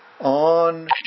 on